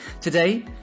Today